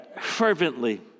fervently